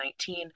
2019